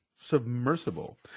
Submersible